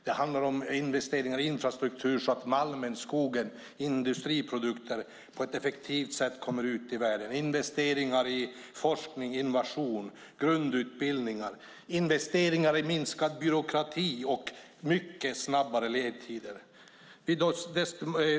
Det handlar om investeringar i infrastruktur så att malmen, skogen och industriprodukterna kommer ut i världen på ett effektivt sätt. Det handlar om investeringar i forskning, innovation och grundutbildning. Det handlar om investeringar i minskad byråkrati och mycket snabbare ledtider.